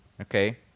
okay